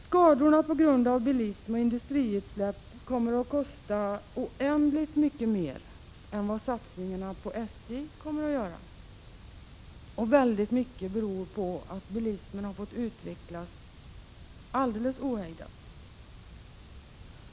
Skadorna på grund av bilism och industriutsläpp kommer att kosta oändligt mycket mer än vad satsningarna på SJ kommer att göra. Väldigt mycket beror på att bilismen har fått utvecklas alldeles ohejdat.